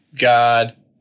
God